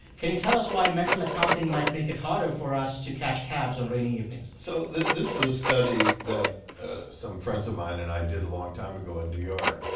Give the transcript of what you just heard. can you tell us why mental accounting might make it harder for us to catch cabs on rainy evenings? so this is a study that some friends of mine and i did a long time ago in new york.